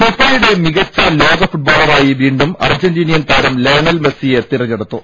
ഫിഫയുടെ മികച്ച ലോക ഫുട്ബോളറായി വീണ്ടും അർജന്റീനി യൻ താരം ലയണൽ മെസ്സിയെ തെരഞ്ഞെടുത്തു